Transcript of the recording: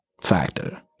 factor